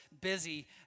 busy